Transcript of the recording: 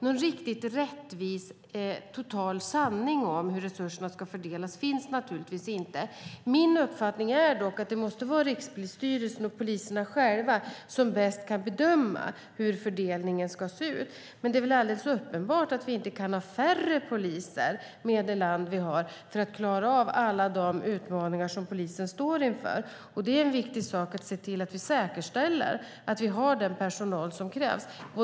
Någon riktigt rättvis och total sanning om hur resurserna ska fördelas finns naturligtvis inte. Min uppfattning är dock att det måste vara Rikspolisstyrelsen och poliserna själva som bäst kan bedöma hur fördelningen ska se ut. Men det är väl alldeles uppenbart att vi inte kan ha färre poliser, med det land vi har, om vi ska kunna klara av alla de utmaningar som polisen står inför. Det är viktigt att vi säkerställer att vi har den personal som krävs.